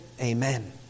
Amen